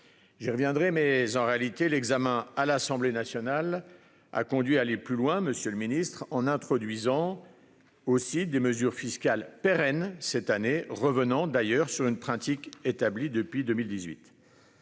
J'y reviendrai, mais en réalité l'examen à l'Assemblée nationale a conduit à aller plus loin, monsieur le ministre, en introduisant aussi cette année des mesures fiscales pérennes, revenant sur une pratique établie depuis 2018.